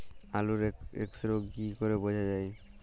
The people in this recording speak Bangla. আলুর এক্সরোগ কি করে বোঝা যায়?